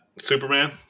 Superman